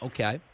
Okay